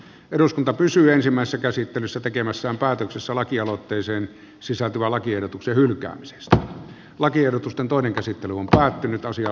eduskunta pysyy ensimmäistä käsittelyssä tekemässään päätöksessä lakialoitteeseen sisältyvän lakiehdotuksen edes kansallisen lainsäädännön saisimme tältä osin kuntoon